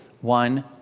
one